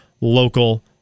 local